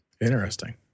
Interesting